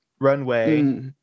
runway